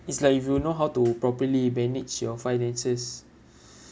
it's like if you will know how to properly manage your finances